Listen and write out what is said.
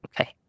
Okay